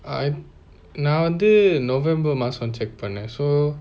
நான் வந்து:nan vanthu november மாசம்:maasam check பன்னேன்:pannaen so